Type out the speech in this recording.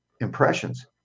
impressions